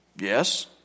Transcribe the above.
yes